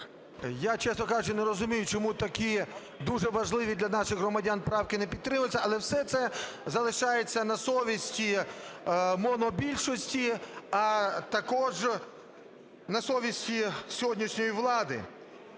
Я, чесно кажучи, не розумію, чому такі дуже важливі для наших громадян правки не підтримуються. Але все це залишається на совісті монобільшості, а також на совісті сьогоднішньої влади.